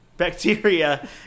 bacteria